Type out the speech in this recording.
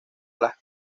las